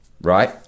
right